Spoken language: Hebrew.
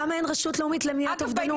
למה אין רשות לאומית למניעת אובדנות?